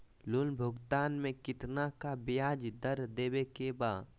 Loan भुगतान में कितना का ब्याज दर देवें के बा?